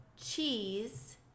cheese